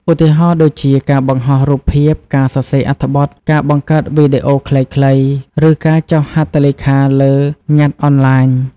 ឧទាហរណ៍ដូចជា ការបង្ហោះរូបភាព ការសរសេរអត្ថបទ ការបង្កើតវីដេអូខ្លីៗ ឬការចុះហត្ថលេខាលើញត្តិអនឡាញ។